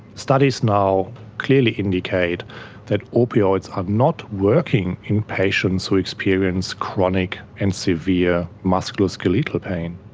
studies now clearly indicate that opioids are not working in patients who experience chronic and severe musculoskeletal pain.